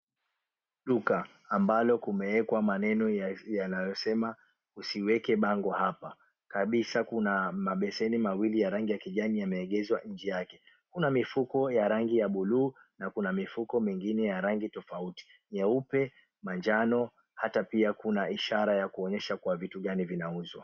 Duka ambalo kumewekwa maneno ya hisia yanasema usiweke bango hapa. Kabisa kuna mabeseni mawili ya rangi ya kijani yameegeshwa nje yake. Kuna mifuko ya rangi ya bluu na kuna mifuko mingine ya rangi tofauti nyeupe, manjano, hata pia kuna ishara ya kuonyesha kuwa vitu gani zinauzwa.